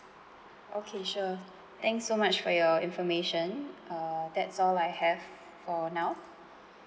okay sure thanks so much for your information uh that's all I have for now